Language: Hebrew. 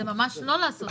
זה ממש לא לעשות סיבוב.